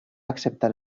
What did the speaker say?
acceptar